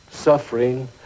suffering